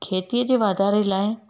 खेतीअ जे वाधारे लाइ